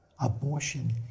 Abortion